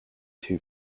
two